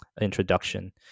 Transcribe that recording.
introduction